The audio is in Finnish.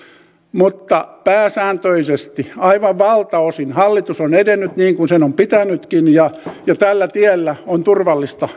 mutta pääsääntöisesti aivan valtaosin hallitus on edennyt niin kuin sen on pitänytkin ja tällä tiellä on turvallista